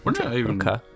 Okay